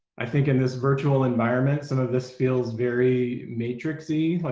i think in this virtual environment some of this feels very matrixy. like